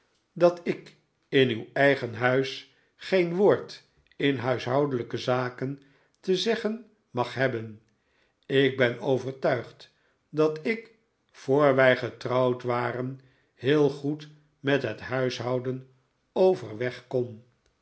dat ik in uw eigen huis geen woord in huishoudelijke zaken te zeggen mag hebben ik ben overtuigd dat ik voor wij getrouwd waren heel goed met het huishouden overweg kon